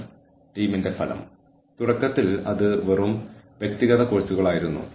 വളരെ പ്രവചിക്കാവുന്ന ഇൻപുട്ടുകൾ തരുന്ന ആളുകൾ നമുക്ക് ഉണ്ടായിരിക്കണം